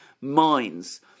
minds